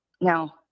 Now